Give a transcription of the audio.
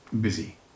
Busy